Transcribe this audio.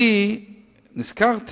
אני אסביר לך.